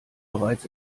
bereits